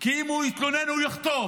כי אם הוא יתלונן הוא יחטוף